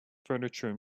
furniture